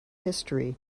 history